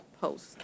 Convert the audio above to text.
post